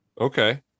Okay